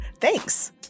Thanks